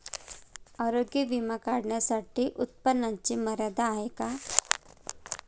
आरोग्य विमा काढण्यासाठी उत्पन्नाची मर्यादा आहे का?